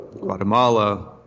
Guatemala